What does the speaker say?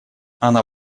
она